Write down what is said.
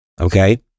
Okay